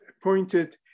appointed